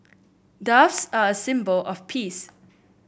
doves are a symbol of peace